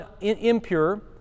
impure